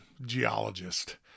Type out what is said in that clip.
geologist